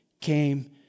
came